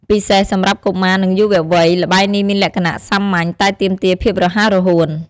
ពិសេសសម្រាប់កុមារ និងយុវវ័យ ល្បែងនេះមានលក្ខណៈសាមញ្ញ តែទាមទារភាពរហ័សរហួន។